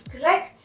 correct